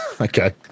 okay